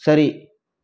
சரி